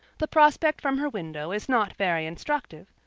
the prospect from her window is not very instructive,